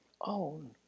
own